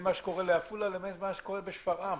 מה שקורה בעפולה לבין מה שקורה בשפרעם.